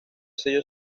sello